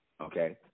Okay